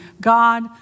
God